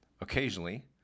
Occasionally